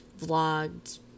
vlogged